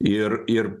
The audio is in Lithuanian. ir ir